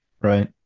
Right